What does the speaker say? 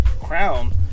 crown